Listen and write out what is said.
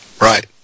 Right